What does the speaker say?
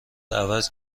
عوض